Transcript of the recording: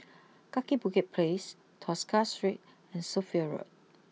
Kaki Bukit place Tosca Street and Sophia Road